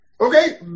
okay